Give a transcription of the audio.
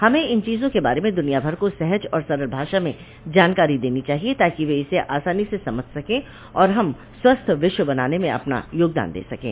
हमें इन चीजों के बारे में दुनिया भर को सहज और सरल भाषा में जानकारी देनी चाहिए ताकि वे इसे आसानी से समझ सकें और हम स्वस्थ विश्व बनाने में अपना योगदान दे सकें